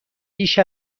بیش